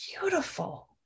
beautiful